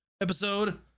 episode